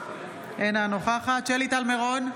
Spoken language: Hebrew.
אינה נוכחת שלי טל מירון,